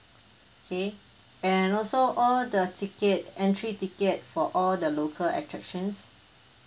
okay and also all the ticket entry ticket for all the local attractions